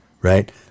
right